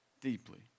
Deeply